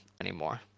anymore